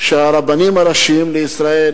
שהרבנים הראשיים לישראל